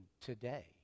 today